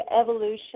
Evolution